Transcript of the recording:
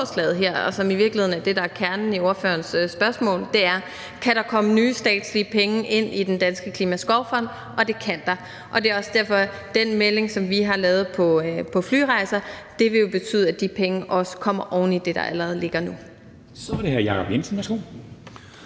Det er også derfor, at den melding, som vi har lavet på flyrejser, vil betyde, at de penge også kommer oven i det, der allerede ligger nu. Kl. 12:38 Formanden